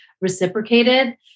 reciprocated